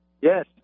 yes